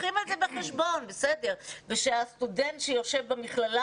מביאים את זה בחשבון ושהסטודנט שיושב במכללה